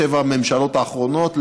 או שבע הממשלות האחרונות,